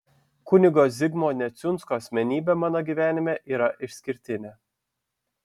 kunigo zigmo neciunsko asmenybė mano gyvenime yra išskirtinė